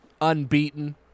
unbeaten